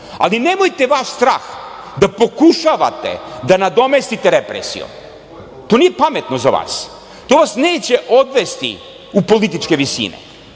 Nemojte vaš strah da pokušavate da nadomestite represijom. To nije pametno za vas. To vas neće odvesti u političke visine,